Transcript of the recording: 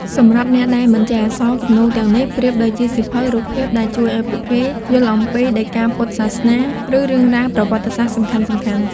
សម្រាប់អ្នកដែលមិនចេះអក្សរ គំនូរទាំងនេះប្រៀបដូចជាសៀវភៅរូបភាពដែលជួយឱ្យពួកគេយល់អំពីដីកាពុទ្ធសាសនា ឬរឿងរ៉ាវប្រវត្តិសាស្ត្រសំខាន់ៗ។